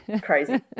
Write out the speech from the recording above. crazy